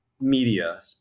media